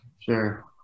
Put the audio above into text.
Sure